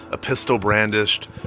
a pistol brandished,